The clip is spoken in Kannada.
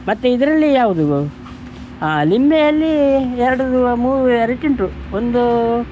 ಮತ್ತು ಇದರಲ್ಲಿ ಯಾವುದು ಲಿಂಬೆಯಲ್ಲಿ ಎರಡು ಮೂರು ವೆರೈಟಿ ಉಂಟು ಒಂದು